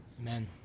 Amen